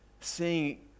seeing